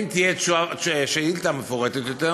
אם תהיה שאילתה מפורטת יותר,